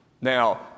Now